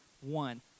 One